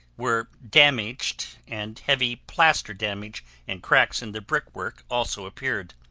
were damaged and heavy plaster damage and cracks in the brick work also appeared.